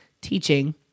teaching